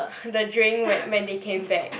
the drink when when they came back